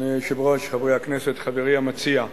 אדוני היושב-ראש, חברי הכנסת, חברי המציע,